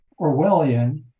Orwellian